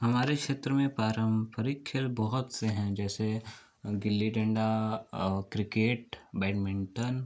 हमारे क्षेत्र में पारंपरिक खेल बहुत से हैं जैसे गुल्ली डंडा और क्रिकेट बैडमिंटन